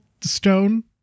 stone